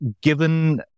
given